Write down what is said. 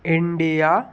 India